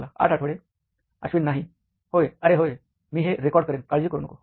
बाला आठ आठवडे अश्विन नाही होय अरे होय मी हे रेकॉर्ड करेन काळजी करू नको